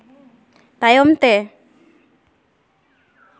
ᱛᱟᱭᱚᱢ ᱛᱮ